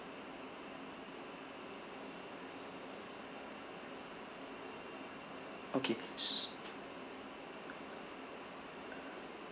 okay s~